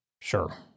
Sure